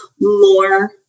more